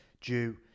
due